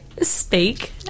speak